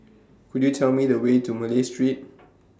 Could YOU Tell Me The Way to Malay Street